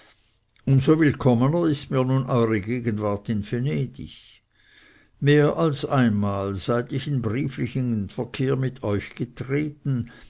so willkommener ist mir nun eure gegenwart in venedig mehr als einmal seit ich in brieflichen verkehr mit euch getreten